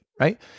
right